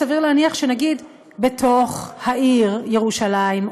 סביר להניח שנגיד בתוך העיר ירושלים,